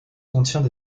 contient